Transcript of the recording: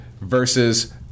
versus